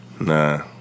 Nah